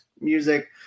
music